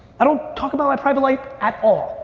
i don't talk about my private life at all.